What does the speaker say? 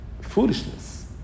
foolishness